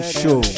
show